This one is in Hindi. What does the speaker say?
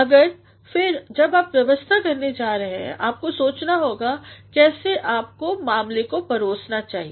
मगर फिर जब आप व्यवस्था करने जा रहे हैं आपको सोचना होगा कैसे आपकोमामले को परोसना चाहिए